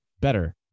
better